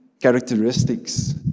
characteristics